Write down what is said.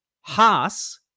Haas